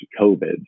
COVID